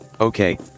Okay